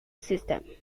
system